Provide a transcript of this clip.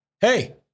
hey